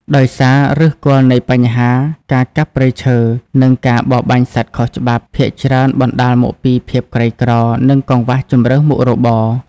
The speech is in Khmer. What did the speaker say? ដោយសារ ឬសគល់នៃបញ្ហាការកាប់ព្រៃឈើ និងការបរបាញ់សត្វខុសច្បាប់ ភាគច្រើនបណ្តាលមកពីភាពក្រីក្រ និងកង្វះជម្រើសមុខរបរ។